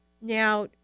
Now